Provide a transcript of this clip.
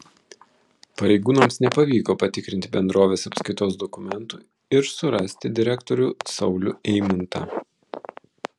pareigūnams nepavyko patikrinti bendrovės apskaitos dokumentų ir surasti direktorių saulių eimuntą